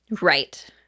Right